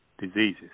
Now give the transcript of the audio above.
diseases